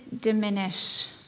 diminish